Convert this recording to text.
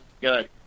Good